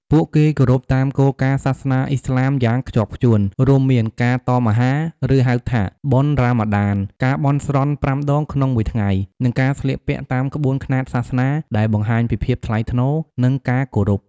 ពួកគេគោរពតាមគោលការណ៍សាសនាឥស្លាមយ៉ាងខ្ជាប់ខ្ជួន រួមមាន ការតមអាហារ ឬហៅថាបុណ្យរ៉ាម៉ាឌាន ការបន់ស្រន់ប្រាំដងក្នុងមួយថ្ងៃ និងការស្លៀកពាក់តាមក្បួនខ្នាតសាសនា ដែលបង្ហាញពីភាពថ្លៃថ្នូរ និងការគោរព។